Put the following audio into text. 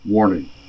Warning